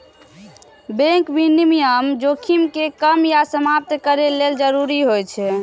bank विनियमन जोखिम कें कम या समाप्त करै लेल जरूरी होइ छै